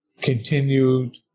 continued